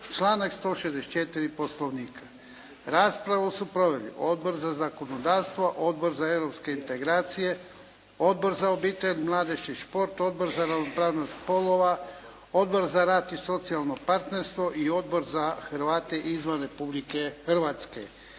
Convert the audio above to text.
članak 164. Poslovnika. Raspravu su proveli Odbor za zakonodavstvo, Odbor za europske integracije, Odbor za obitelj, mladež i šport, Odbor za ravnopravnost spolova, Odbor za rad i socijalno partnerstvo i Odbor za Hrvate izvan Republike Hrvatske.